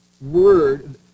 Word